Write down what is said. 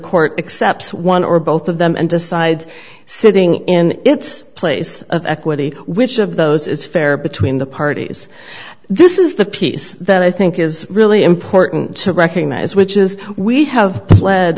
court accepts one or both of them and decides sitting in its place of equity which of those is fair between the parties this is the piece that i think is really important to recognize which is we have pled